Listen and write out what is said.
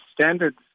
standards